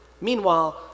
Meanwhile